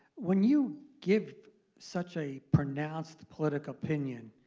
when you give such a pronounced political opinion